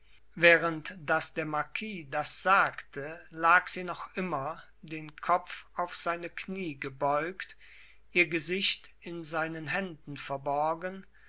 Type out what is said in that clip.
während daß der marquis das sagte lag sie noch immer den kopf auf seine knie gebeugt ihr gesicht in seinen händen verborgen